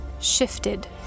shifted